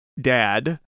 dad